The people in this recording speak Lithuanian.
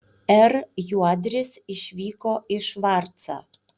r juodris išvyko į švarcą